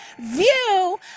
view